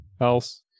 else